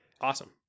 awesome